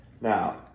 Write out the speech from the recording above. Now